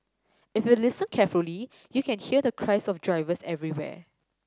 if you listen carefully you can hear the cries of drivers everywhere